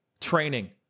Training